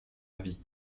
avis